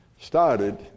Started